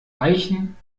eichen